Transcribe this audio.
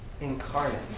incarnate